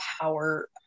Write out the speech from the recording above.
power